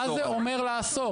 מה זה אומר לאסור?